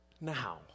now